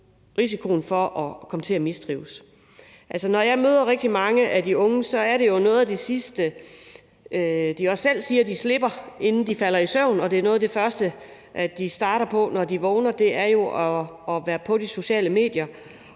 for at komme til at mistrives. Når jeg møder rigtig mange af de unge, er det jo noget af det sidste, de også selv siger de slipper, inden de falder i søvn, og noget af det første, de starter på, når de vågner, altså at være på de sociale medier.